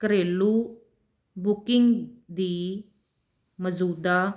ਘਰੇਲੂ ਬੁਕਿੰਗ ਦੀ ਮੌਜ਼ੂਦਾ